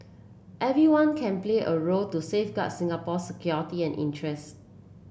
everyone can play a role to safeguard Singapore security and interest